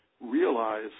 realize